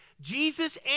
Jesus